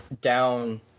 down